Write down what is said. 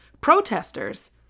protesters